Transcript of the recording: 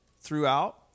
throughout